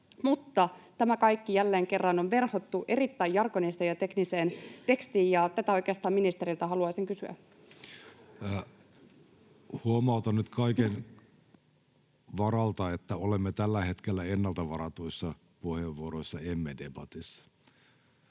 mutta tämä kaikki on jälleen kerran verhottu erittäin jargoniseen ja tekniseen tekstiin. Tätä oikeastaan ministeriltä haluaisin kysyä. Huomautan nyt kaiken varalta, että olemme tällä hetkellä ennalta varatuissa puheenvuoroissa, emme debatissa.